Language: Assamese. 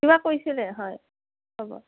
কিবা কৈছিলে হয় হ'ব